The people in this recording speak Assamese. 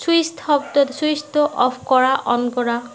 চুইচ শব্দ চুইচটো অ'ফ কৰা অ'ন কৰা